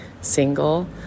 single